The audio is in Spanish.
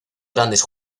grandes